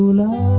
la